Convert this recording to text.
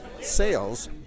sales